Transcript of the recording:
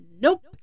nope